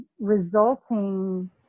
resulting